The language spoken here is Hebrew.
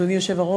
אדוני היושב-ראש,